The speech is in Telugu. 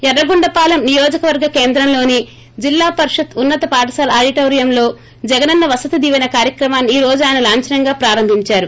ఎర్రగొండపాలెం నియోజకవర్గ కేంద్రంలోని జిల్లా పరిషత్ ఉన్నత పాఠశాల ఆడిటోరియంలో జగనన్న వసతి దీవేన కార్యక్రమాన్ని ఈ రోజు ఆయన లాంఛనంగా ప్రారంభించారు